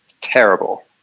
terrible